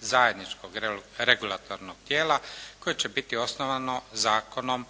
zajedničkog regulatornog tijela koje će biti osnovano zakonom